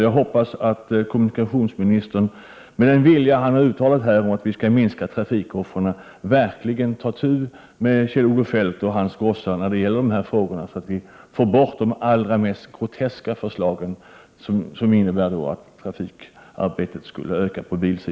Jag hoppas att kommunikationsministern, mot bakgrund av den vilja att minska antalet trafikoffer som han här utttalat, tar itu med Kjell-Olof Feldt och hans gossar när det gäller de här frågorna, så att vi får bort de allra mest groteska förslagen, vilka skulle innebära att biltrafiken skulle öka.